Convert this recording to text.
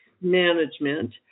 management